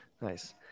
nice